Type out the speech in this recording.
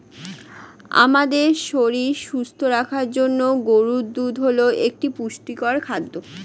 আমাদের শরীর সুস্থ রাখার জন্য গরুর দুধ হল একটি পুষ্টিকর খাদ্য